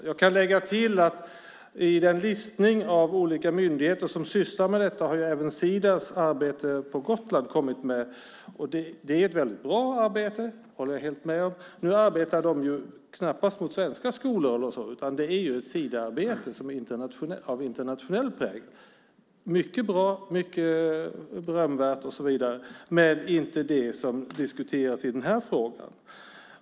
Jag kan lägga till att i den listning av olika myndigheter som sysslar med detta har även Sidas arbete på Gotland kommit med. Det är ett bra arbete; det håller jag helt med om. De arbetar knappast med svenska skolor, utan det är ett Sidaarbete som är av internationell prägel. Det är mycket bra, mycket berömvärt och så vidare, men det är inte det som diskuteras i den här frågan.